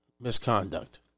misconduct